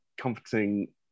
comforting